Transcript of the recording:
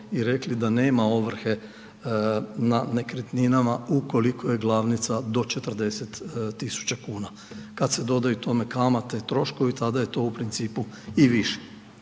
i rekli da nema ovrhe na nekretninama ukoliko je glavnica do 40 tisuća kuna. Kad se dodaju tome kamate, troškovi, tada je to u principu i više.